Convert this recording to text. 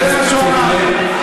תודה לחבר הכנסת פייגלין.